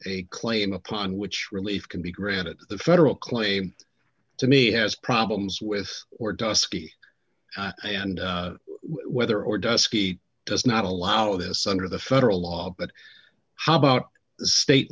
a claim upon which relief can be granted the federal claim to me has problems with or dusky and whether or dusky does not allow this under the federal law but how about the state